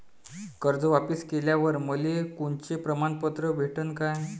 कर्ज वापिस केल्यावर मले कोनचे प्रमाणपत्र भेटन का?